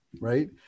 right